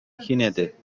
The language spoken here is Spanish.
jinete